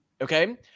okay